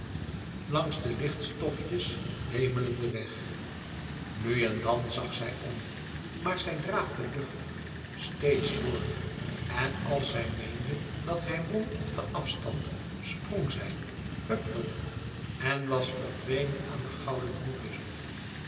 langs den licht stofjes wemelenden weg nu en dan zag zij om maar zij draafde luchtig steeds door en als zij meende dat hij won op den afstand sprong zij hùp hùp en was verdwenen aan den gouden horizon